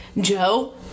Joe